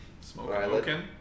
Smoking